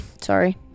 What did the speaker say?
Sorry